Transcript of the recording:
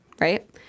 right